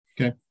Okay